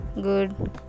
good